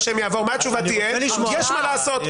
יש מה לעשות.